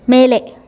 ಮೇಲೆ